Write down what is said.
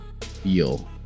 Feel